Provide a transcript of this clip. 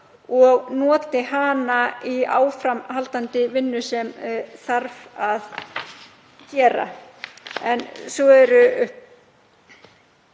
og noti hana í áframhaldandi vinnu sem þarf að gera. Það er